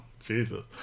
Jesus